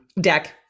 deck